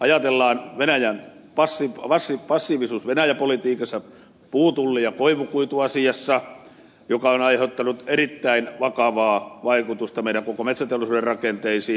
ajatellaan passiivisuutta venäjä politiikassa puutulli ja koivukuituasiassa joka on aiheuttanut erittäin vakavaa vaikutusta meidän koko metsäteollisuutemme rakenteisiin